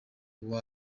you